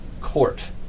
court